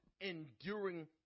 enduring